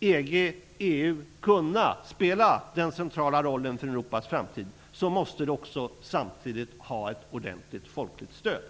EG/EU kunna spela den centrala rollen för Europas framtid måste det också samtidigt ha ett ordentligt folkligt stöd.